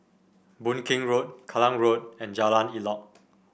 Boon Keng Road Kallang Road and Jalan Elok